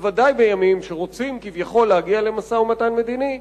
בוודאי בימים שבהם רוצים כביכול להגיע למשא-ומתן מדיני,